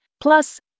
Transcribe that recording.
plus